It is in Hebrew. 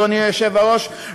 אדוני היושב-ראש,